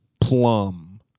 plum